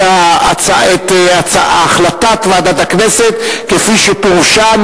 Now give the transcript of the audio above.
את החלטת ועדת הכנסת כפי שפורשה,